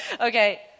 Okay